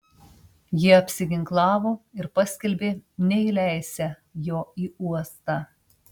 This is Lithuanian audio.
jie apsiginklavo ir paskelbė neįleisią jo į uostą